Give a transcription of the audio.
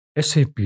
SAP